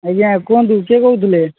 ଆଜ୍ଞା କୁହନ୍ତୁ କିଏ କହୁଥିଲେ